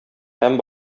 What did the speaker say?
һәм